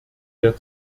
der